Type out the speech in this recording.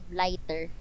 lighter